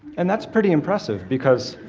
and that's pretty impressive because